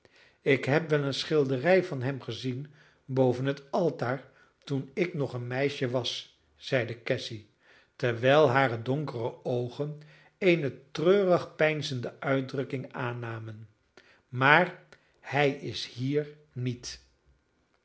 ik heb wel een schilderij van hem gezien boven het altaar toen ik nog een meisje was zeide cassy terwijl hare donkere oogen eene treurig peinzende uitdrukking aannamen maar hij is hier niet